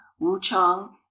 wuchang